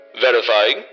verifying